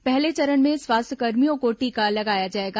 पहले चरण में स्वास्थ्यकर्मियों को टीका लगाया जाएगा